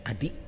Adi